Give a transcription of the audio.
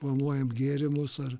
planuojame gėrimus ar